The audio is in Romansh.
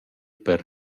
pel